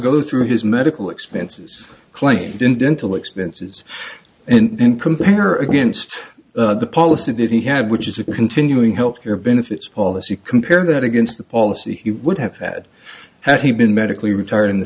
go through his medical expenses claimed in dental expenses and complainer against the policy that he had which is a continuing health care benefits policy compare that against the policy he would have had had he been medically retired in the